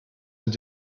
mit